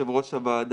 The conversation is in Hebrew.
יושבת ראש הוועדה.